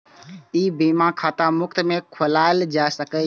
ई बीमा खाता मुफ्त मे खोलाएल जा सकैए